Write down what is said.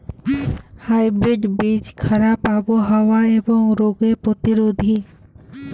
hybrid বীজ খারাপ আবহাওয়া এবং রোগে প্রতিরোধী